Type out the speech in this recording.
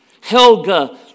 Helga